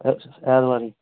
ऐतवारें